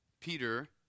Peter